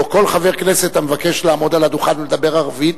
כל חבר כנסת המבקש לעמוד על הדוכן ולדבר ערבית,